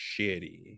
shitty